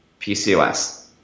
PCOS